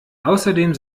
außerdem